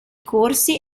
corsi